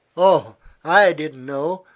oh i didn't know.